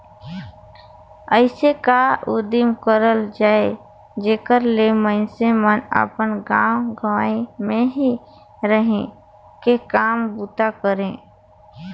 अइसे का उदिम करल जाए जेकर ले मइनसे मन अपन गाँव गंवई में ही रहि के काम बूता करें